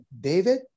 David